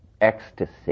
ecstasy